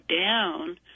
down